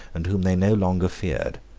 and whom they no longer feared.